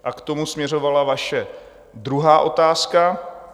A k tomu směřovala vaše druhá otázka.